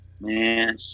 man